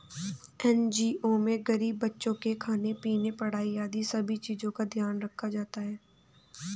NGO में गरीब बच्चों के खाने पीने, पढ़ाई आदि सभी चीजों का ध्यान रखा जाता है